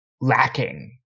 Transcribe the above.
lacking